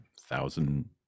thousand